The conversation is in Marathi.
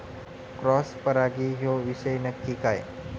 क्रॉस परागी ह्यो विषय नक्की काय?